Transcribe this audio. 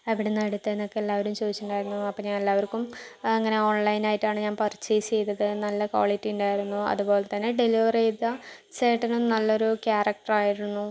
എവിടുന്നാണ് എടുത്തത് എന്നൊക്കെ എല്ലാവരും ചോദിച്ചിട്ടുണ്ടായിരുന്നു അപ്പോൾ ഞാൻ എല്ലാവർക്കും ഇങ്ങനെ ഓൺലൈനായിട്ടാണ് ഞാൻ പർച്ചേസ് ചെയ്തത് നല്ല ക്വാളിറ്റി ഉണ്ടായിരുന്നു അതുപോലെ തന്നെ ഡെലിവറി ചെയ്ത ചേട്ടനും നല്ലൊരു ക്യാരക്ടർ ആയിരുന്നു